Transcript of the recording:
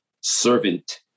servant